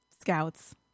Scouts